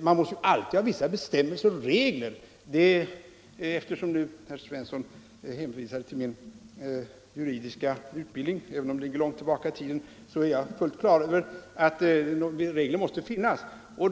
Man måste ju alltid ha vissa bestämmelser och regler. Eftersom nu herr Svensson hänvisade till min juridiska utbildning, även om den ligger långt tillbaka i tiden, vill jag säga att jag är fullt på det klara med att regler måste finnas.